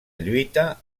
lluita